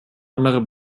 andere